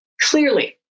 Clearly